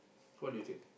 what do you think